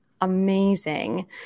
amazing